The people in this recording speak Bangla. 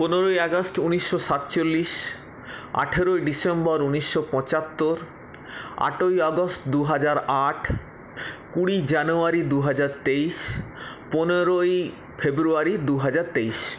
পনেরোই আগস্ট উনিশশো সাতচল্লিশ আঠেরোই ডিসেম্বর উনিশশো পঁচাত্তর আটই আগস্ট দুহাজার আট কুড়ি জানুয়ারি দুহাজার তেইশ পনেরোই ফেব্রুয়ারি দুহাজার তেইশ